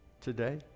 today